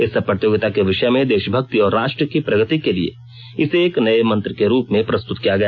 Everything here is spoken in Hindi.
इस प्रतियोगिता के विषय में देशभक्ति और राष्ट्र की प्रगति के लिए इसे एक नये मंत्र के रूप में प्रस्तुत किया गया